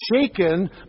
shaken